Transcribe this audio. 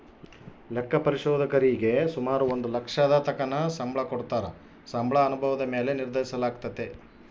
ಲೆಕ್ಕ ಪರಿಶೋಧಕರೀಗೆ ಸುಮಾರು ಒಂದು ಲಕ್ಷದತಕನ ಸಂಬಳ ಕೊಡತ್ತಾರ, ಸಂಬಳ ಅನುಭವುದ ಮ್ಯಾಲೆ ನಿರ್ಧರಿಸಲಾಗ್ತತೆ